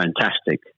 fantastic